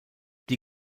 die